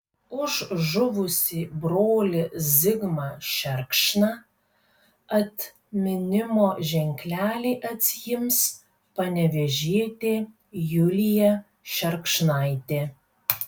už žuvusį brolį zigmą šerkšną atminimo ženklelį atsiims panevėžietė julija šerkšnaitė